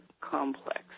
complex